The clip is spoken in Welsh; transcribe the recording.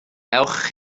ewch